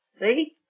See